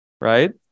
Right